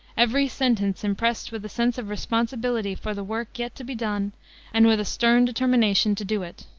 every sentence impressed with a sense of responsibility for the work yet to be done and with a stern determination to do it.